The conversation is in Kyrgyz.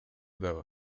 дагы